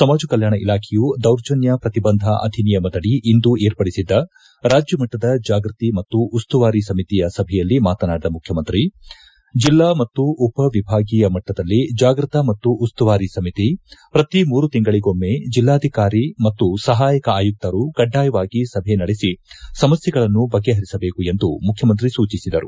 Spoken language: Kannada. ಸಮಾಜ ಕಲ್ಯಾಣ ಇಲಾಖೆಯು ದೌರ್ಜನ್ಯ ಪ್ರತಿಬಂಧ ಅಧಿನಿಯಮದಡಿ ಏರ್ಪಡಿಸಿದ್ದ ರಾಜ್ಯಮಟ್ಟದ ಜಾಗೃತಿ ಮತ್ತು ಉಸ್ತುವಾರಿ ಸಮಿತಿಯ ಸಭೆಯಲ್ಲಿ ಮಾತನಾಡಿದ ಇಂದು ಮುಖ್ಯಮಂತ್ರಿ ಜಿಲ್ಲಾ ಮತ್ತು ಉಪ ವಿಭಾಗೀಯ ಮಟ್ಠದಲ್ಲಿ ಜಾಗೃತ ಮತ್ತು ಉಸ್ತುವಾರಿ ಸಮಿತಿ ಪ್ರತಿ ಮೂರು ತಿಂಗಳಿಗೊಮ್ಮೆ ಜಿಲ್ಲಾಧಿಕಾರಿ ಮತ್ತು ಸಹಾಯಕ ಆಯುಕ್ತರು ಕಡ್ಡಾಯವಾಗಿ ಸಭೆ ನಡೆಸಿ ಸಮಸ್ಯೆಗಳನ್ನು ಬಗೆಹರಿಸಬೇಕೆಂದು ಮುಖ್ಯಮಂತ್ರಿ ಸೂಚಿಸಿದರು